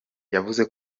yavuze